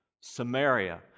Samaria